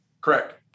Correct